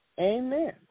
Amen